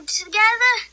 together